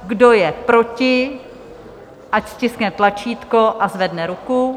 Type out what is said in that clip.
Kdo je proti, ať stiskne tlačítko a zvedne ruku.